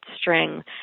string